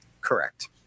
Correct